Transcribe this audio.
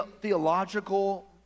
theological